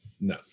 No